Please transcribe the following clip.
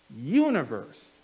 universe